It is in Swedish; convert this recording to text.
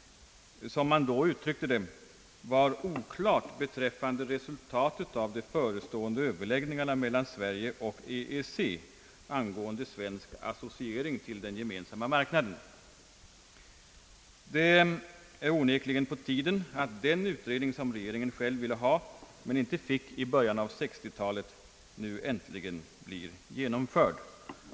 — som man då uttryckte det — var oklart beträffande resultatet av de förestående överläggningarna mellan Sverige och EEC angående svensk associering till den gemensamma marknaden. Det är onekligen på tiden att den utredning som regeringen själv ville ha men inte fick i början av 1960-talet nu äntligen blir genomförd.